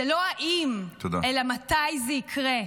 זה לא האם, אלא מתי זה יקרה.